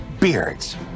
beards